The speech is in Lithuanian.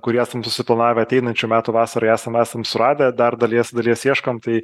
kurį esam susiplanavę ateinančių metų vasarą esam esam suradę dar dalies dalies ieškom tai